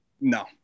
No